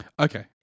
Okay